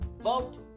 vote